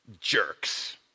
Jerks